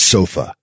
Sofa